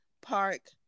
Park